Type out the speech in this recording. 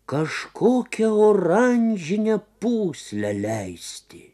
kažkokio oranžinę pūslę leisti